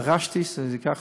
דרשתי שבתוך